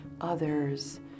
others